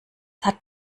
hat